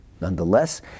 Nonetheless